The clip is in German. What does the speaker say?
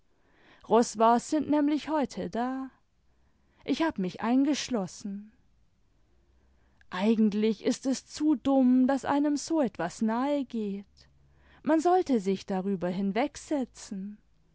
roswars sind nämlich heute da ich hab mich eingeschlossen eigentlich ist es zu dumm daß einem so etwas nahe geht man sollte sich darüber